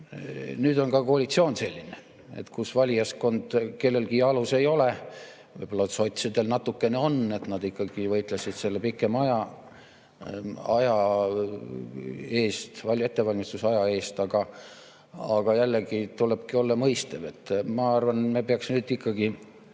Nüüd on ka koalitsioon selline, et valijaskond kellelgi jalus ei ole. Võib-olla sotsidel natukene on, nad ikkagi võitlesid selle pikema ettevalmistusaja eest, aga jällegi tuleb olla mõistev. Ma arvan, me peaks nüüd ikkagi